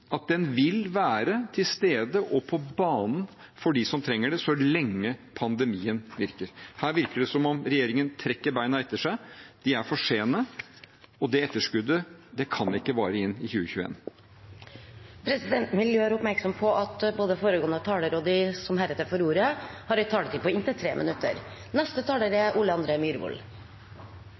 at den vil være til stede og på banen for dem som trenger det, så lenge pandemien varer. Her virker det som om regjeringen trekker bena etter seg. De er for sene, og det etterskuddet kan ikke vare inn i